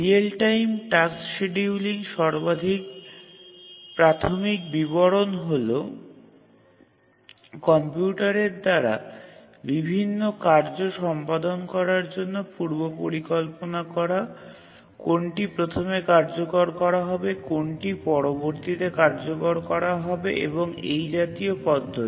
real time task scheduling সর্বাধিক প্রাথমিক বিবরণ হল কম্পিউটারের দ্বারা বিভিন্ন কার্য সম্পাদন করার জন্য পূর্বপরিকল্পনা করা কোনটি প্রথমে কার্যকর করা হবে কোনটি পরবর্তীতে কার্যকর করা হবে এবং এই জাতীয় পদ্ধতি